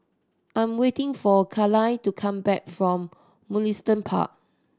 I am waiting for Cayla to come back from Mugliston Park